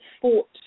fought